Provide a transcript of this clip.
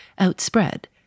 outspread